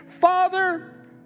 Father